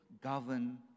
govern